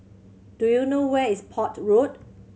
do you know where is Port Road